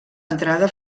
entrada